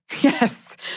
yes